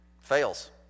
fails